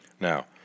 now